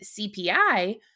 CPI